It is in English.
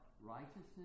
righteousness